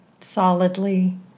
solidly